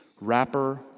Rapper